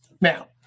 Now